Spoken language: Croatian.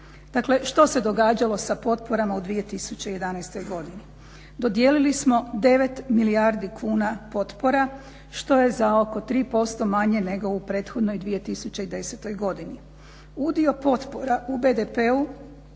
što se događalo sa potporama u 2011.godini? dodijeli smo 9 milijardi kuna potpora što je za oko 3% manje nego u prethodnoj 2010.godini. Udio potpora u BDP-u